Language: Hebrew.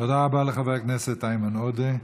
תודה רבה לחבר הכנסת איימן עודה.